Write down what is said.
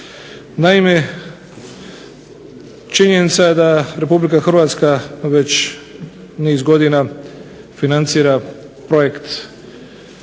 Naime, činjenica je da Republika Hrvatska već niz godina financira projekt